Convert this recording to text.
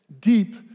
deep